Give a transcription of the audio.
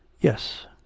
Yes